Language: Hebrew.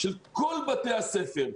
של כל בתי הספר,